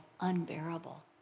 unbearable